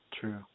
true